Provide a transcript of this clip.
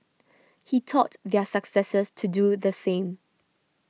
he taught their successors to do the same